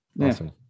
Awesome